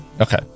Okay